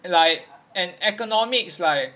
like an economics like